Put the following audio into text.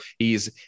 hes